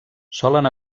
solen